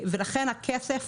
הכסף